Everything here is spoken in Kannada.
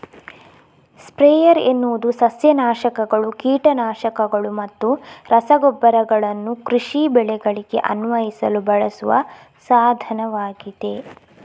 ಸ್ಪ್ರೇಯರ್ ಎನ್ನುವುದು ಸಸ್ಯ ನಾಶಕಗಳು, ಕೀಟ ನಾಶಕಗಳು ಮತ್ತು ರಸಗೊಬ್ಬರಗಳನ್ನು ಕೃಷಿ ಬೆಳೆಗಳಿಗೆ ಅನ್ವಯಿಸಲು ಬಳಸುವ ಸಾಧನವಾಗಿದೆ